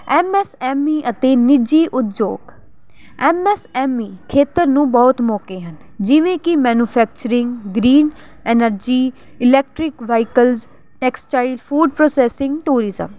M S M E ਅਤੇ ਨਿੱਜੀ ਉਦਯੋਗ ਐਮ ਐਸ ਐਮ ਈ ਖੇਤਰ ਨੂੰ ਬਹੁਤ ਮੌਕੇ ਹਨ ਜਿਵੇਂ ਕਿ manufacturing green energy electric vehicle textile food processing tourism